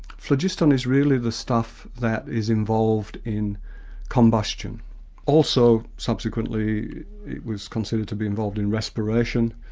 phlogiston is really the stuff that is involved in combustion also subsequently was considered to be involved in respiration,